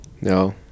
no